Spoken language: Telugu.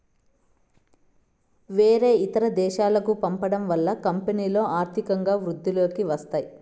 వేరే ఇతర దేశాలకు పంపడం వల్ల కంపెనీలో ఆర్థికంగా వృద్ధిలోకి వస్తాయి